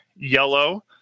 Yellow